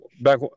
back